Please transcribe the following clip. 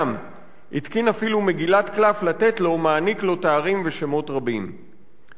מנהיגם./ התקין אפילו מגילת קלף לתת לו/ מעניק לו תארים ושמות רבים.//